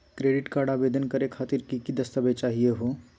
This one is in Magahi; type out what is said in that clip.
क्रेडिट कार्ड आवेदन करे खातिर की की दस्तावेज चाहीयो हो?